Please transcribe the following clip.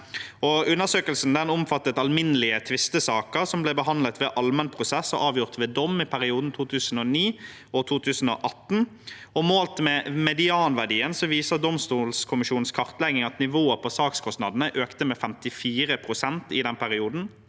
Undersøkelsen omfattet alminnelige tvistesaker som ble behandlet ved allmennprosess og avgjort ved dom i 2009 og 2018. Målt ved medianverdien viser domstolkommisjonens kartlegging at nivået på sakskostnadene økte med 54 pst. i den perioden,